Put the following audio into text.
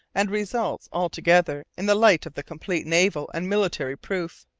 and results, all together, in the light of the complete naval and military proof.